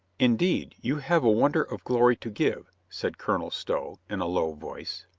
indeed, you have a wonder of glory to give, said colonel stow in a low voice.